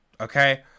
Okay